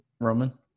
Roman